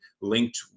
linked